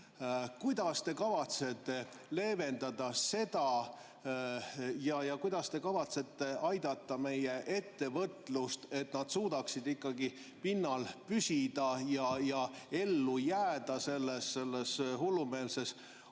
Kuidas te kavatsete seda leevendada? Kuidas te kavatsete aidata meie ettevõtteid, et nad suudaksid ikkagi pinnal püsida ja ellu jääda selles hullumeelses